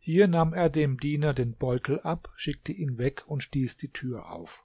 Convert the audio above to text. hier nahm er dem diener den beutel ab schickte ihn weg und stieß die tür auf